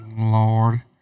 Lord